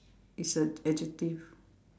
it's a adjective